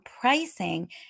pricing